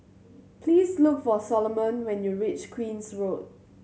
please look for Soloman when you reach Queen's Road